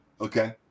Okay